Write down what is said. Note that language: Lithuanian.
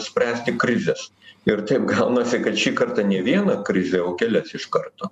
spręsti krizes ir taip gaunasi kad šį kartą ne vieną krizę o kelias iš karto